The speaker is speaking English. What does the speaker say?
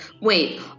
Wait